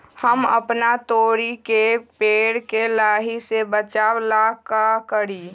हम अपना तोरी के पेड़ के लाही से बचाव ला का करी?